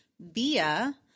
via